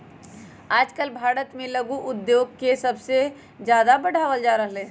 आजकल भारत में लघु उद्योग के सबसे ज्यादा बढ़ावल जा रहले है